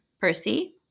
Percy